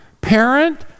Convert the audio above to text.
parent